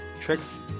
tricks